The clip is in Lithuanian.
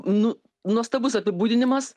nu nuostabus apibūdinimas